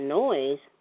noise